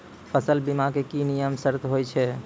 फसल बीमा के की नियम सर्त होय छै?